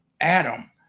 Adam